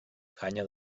canya